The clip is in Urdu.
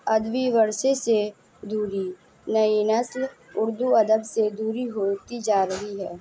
ادبی ورثے سے دوری نئی نسل اردو ادب سے دوری ہوتی جا رہی ہے